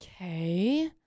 Okay